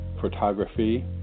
photography